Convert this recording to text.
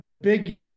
big